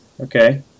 okay